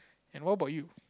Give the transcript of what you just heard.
and what about you